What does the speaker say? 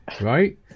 right